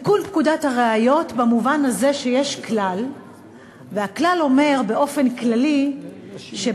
והחריג הזה שאנחנו רוצים לתקן היום הוא